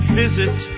visit